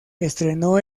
estrenó